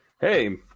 Hey